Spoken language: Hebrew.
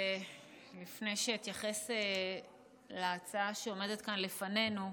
לפני שאתייחס להצעה שעומדת כאן לפנינו,